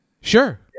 Sure